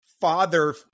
father